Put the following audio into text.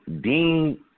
Dean